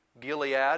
Gilead